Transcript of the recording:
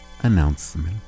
announcement